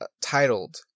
titled